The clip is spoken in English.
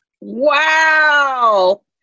Wow